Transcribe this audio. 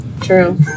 True